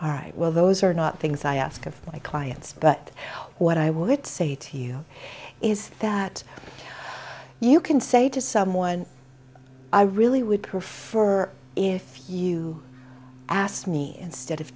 all right well those are not things i ask of my clients but what i would say to you is that you can say to someone i really would prefer if you asked me instead